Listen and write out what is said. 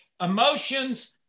emotions